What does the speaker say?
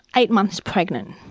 eight months pregnant,